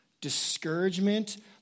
Discouragement